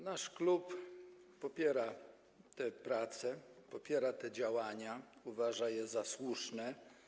Nasz klub popiera te prace, popiera te działania, uważa je za słuszne.